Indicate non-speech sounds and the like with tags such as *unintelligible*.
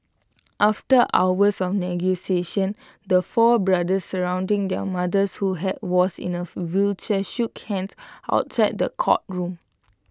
after hours of negotiations the four brothers surrounding their mothers who *unintelligible* was in A wheelchair shook hands outside the courtroom